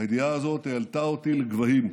הידיעה הזאת העלתה אותי לגבהים.